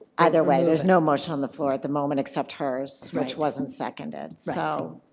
either way, there's no motion on the floor at the moment except hers, which wasn't seconded, so.